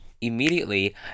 immediately